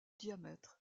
diamètre